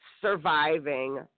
surviving